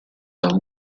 dal